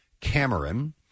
Cameron